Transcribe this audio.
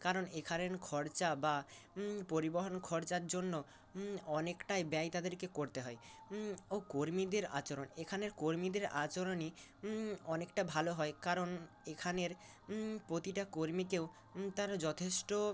কারণ এখানের খরচা বা পরিবহন খরচার জন্য অনেকটাই ব্যয় তাদেরকে করতে হয় ও কর্মীদের আচরণ এখানের কর্মীদের আচরণই অনেকটা ভালো হয় কারণ এখানের প্রতিটা কর্মীকেও তারা যথেষ্ট